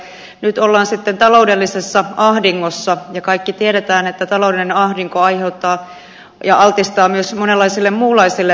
nyt ollaan sitten taloudellisessa ahdingossa ja kaikki tiedämme että taloudellinen ahdinko aiheuttaa ja altistaa myös monenlaisille muunlaisille ongelmille